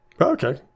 Okay